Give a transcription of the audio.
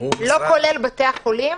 לא כולל בתי החולים,